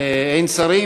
אין שרים?